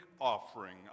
offering